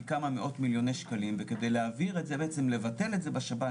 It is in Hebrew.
היא כמה מאות מיליוני שקלים וכדי לבטל את זה בשב"ן